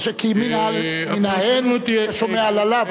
כי מן ההן אתה שומע על הלאו.